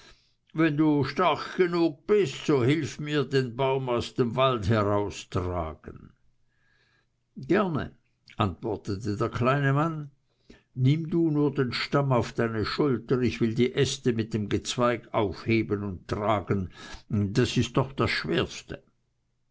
wenn du stark genug bist so hilf mir den baum aus dem walde heraustragen gerne antwortete der kleine mann nimm du nur den stamm auf deine schulter ich will die äste mit dem gezweig aufheben und tragen das ist doch das schwerste